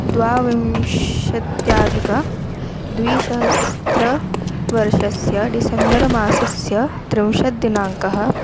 द्वाविंशत्यधिकद्विसहस्रवर्षस्य December मासस्य त्रिंशत् दिनाङ्कः